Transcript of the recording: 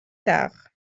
tard